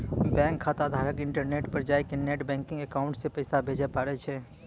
bank खाताधारक internet पर जाय कै नेट बैंकिंग अकाउंट से पैसा भेजे पारै